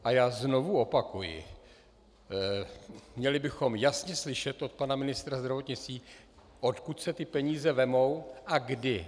A já znovu opakuji, měli bychom jasně slyšet od pana ministra zdravotnictví, odkud se ty peníze vezmou a kdy.